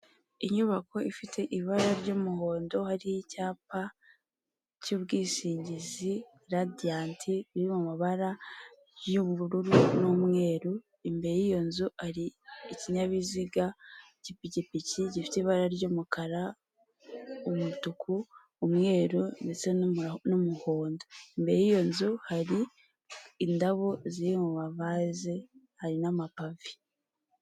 Inyubako ifite ibara ry'umuhondo hariho icyapa cy'ubwishingizi Radiant iri mu mabara y'ubururu n'umweru, imbere y'iyo nzu ari ikinyabiziga k'ipikipiki gifite ibara ry'umukara, umutuku, umweru ndetse n'umuhondo. Imbere y'iyo nzu hari indabo ziri mu mavaze hari n'amapave.